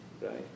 right